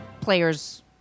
players